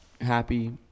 happy